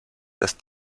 dass